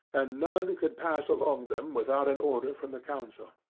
and none could pass along them without an order from the council.